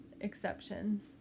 exceptions